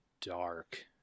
dark